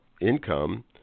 income